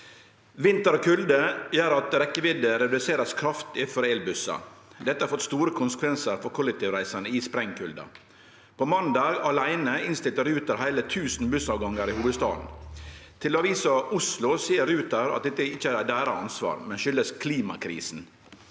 Vinter og kulde gjer at rekkjevidda vert kraftig redusert for elbussar. Dette har fått store konsekvensar for kollektivreisande i sprengkulda. På måndag aleine innstilte Ruter heile 1 000 bussavgangar i hovudstaden. Til Avisa Oslo seier Ruter at dette er ikkje er deira ansvar, men kjem av klimakrisa.